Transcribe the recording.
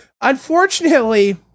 Unfortunately